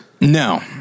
No